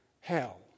hell